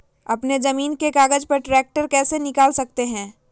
अपने जमीन के कागज पर ट्रैक्टर कैसे निकाल सकते है?